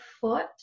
foot